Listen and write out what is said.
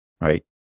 right